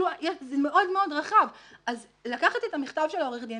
זה מאוד רחב, אז לקחת את המכתב של עורך הדין